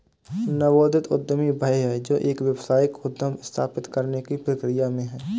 नवोदित उद्यमी वह है जो एक व्यावसायिक उद्यम स्थापित करने की प्रक्रिया में है